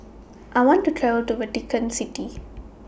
I want to to Vatican City